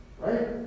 Right